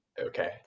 Okay